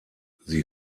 sie